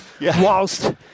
whilst